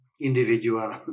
individual